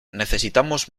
necesitamos